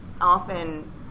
often